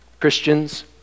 Christians